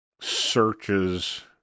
searches